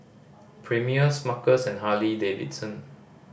cPremier Smuckers and Harley Davidson